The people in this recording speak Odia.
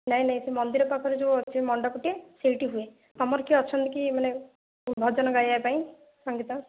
ନାଇଁ ନାଇଁ ସେ ମନ୍ଦିର ପାଖରେ ଯେଉଁ ଅଛି ମଣ୍ଡପ ଟି ସେଇଠି ହୁଏ ତୁମର କିଏ ଅଛନ୍ତି କି ମାନେ ଭଜନ ଗାଇବା ପାଇଁ ସଙ୍ଗୀତ